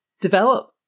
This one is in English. develop